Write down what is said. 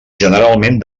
generalment